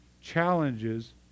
challenges